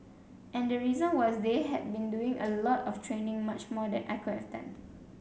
and the reason was they had been doing a lot of training much more than I could have done